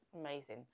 Amazing